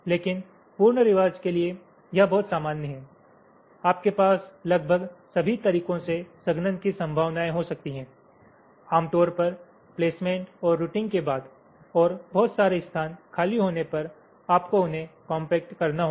लेकिन पूर्ण रिवाज के लिए यह बहुत सामान्य है आपके पास लगभग सभी तरीकों से संघनन की संभावनाएं हो सकती हैं आमतौर पर प्लेसमेंट और रूटिंग के बाद और बहुत सारे स्थान खाली होने पर आपको उन्हें कॉम्पैक्ट करना होगा